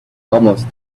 almost